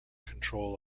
control